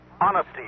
honesty